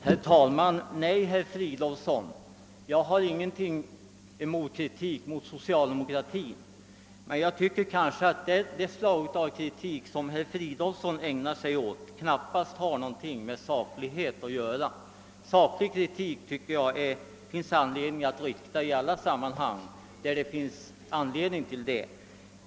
Herr talman! Nej, herr Fridolfsson i Stockholm, jag har ingenting emot saklig kritik mot socialdemokratin, men jag tycker att det slag av kritik som herr Fridolfsson ägnar sig åt knappast har någonting med saklighet att göra. Saklig kritik kan man framföra i alla sammanhang där det finns anledning därtill.